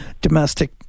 domestic